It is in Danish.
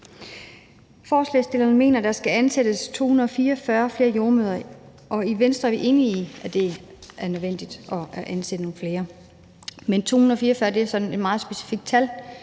Forslagsstillerne mener, at der skal ansættes 244 flere jordemødre. I Venstre er vi enige i, at det er nødvendigt at ansætte nogle flere, men 244 er et meget specifikt tal,